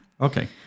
Okay